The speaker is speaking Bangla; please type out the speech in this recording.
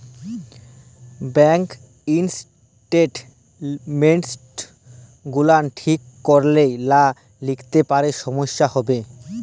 ব্যাংক ইসটেটমেল্টস গুলান ঠিক ক্যরে লা লিখলে পারে সমস্যা হ্যবে